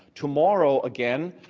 tomorrow again,